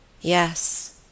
Yes